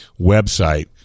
website